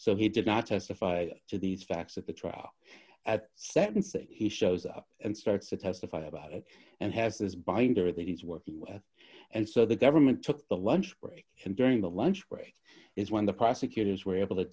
so he did not testify to these facts of the trial at sentencing he shows up and starts to testify about it and has this binder that is working and so the government took a lunch break and during the lunch break is when the prosecutors were able to